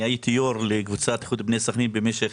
אני הייתי יו"ר לקבוצת איחוד בני סכנין במשך